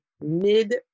mid